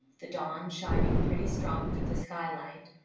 the dawn shining pretty strong through the skylight,